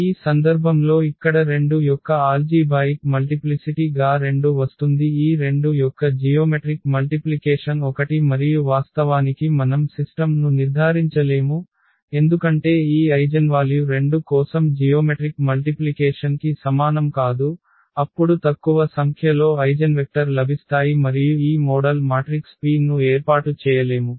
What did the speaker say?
ఈ సందర్భంలో ఇక్కడ 2 యొక్క ఆల్జీబ్రాయక్ మల్టిప్లిసిటి గా 2 వస్తుంది ఈ 2 యొక్క జియోమెట్రిక్ మల్టిప్లికేషన్ 1 మరియు వాస్తవానికి మనం సిస్టమ్ ను నిర్ధారించలేము ఎందుకంటే ఈ ఐగెన్వాల్యు 2 కోసం జియోమెట్రిక్ మల్టిప్లికేషన్ కి సమానం కాదు అప్పుడు తక్కువ సంఖ్యలో ఐగెన్వెక్టర్ లభిస్తాయి మరియు ఈ మోడల్ మాట్రిక్స్ P ను ఏర్పాటు చేయలేము